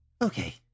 Okay